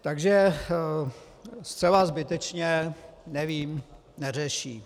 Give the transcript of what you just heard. Takže zcela zbytečně, nevím, neřeší.